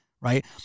right